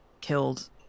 killed